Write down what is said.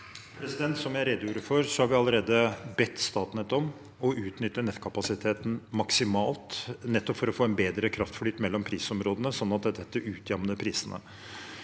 Som jeg rede- gjorde for, har vi allerede bedt Statnett om å utnytte nettkapasiteten maksimalt nettopp for å få en bedre kraftflyt mellom prisområdene, så det utjevner prisene